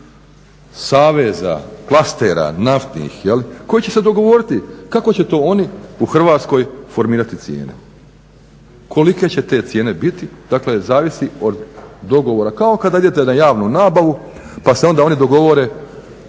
saveza klastera naftnih koji će se dogovoriti kako će to oni u Hrvatskoj formirati cijene. Kolike će te cijene biti, dakle zavisi od dogovora kao kada idete na javnu nabavu pa se onda oni dogovore